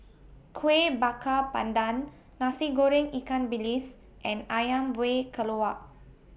Kueh Bakar Pandan Nasi Goreng Ikan Bilis and Ayam Buah Keluak